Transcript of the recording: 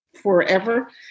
forever